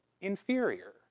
inferior